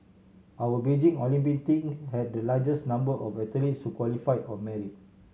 our Beijing Olympic think had the largest number of athletes who qualified on merit